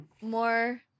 more